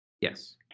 yes